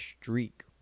streak